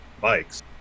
bikes